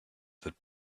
that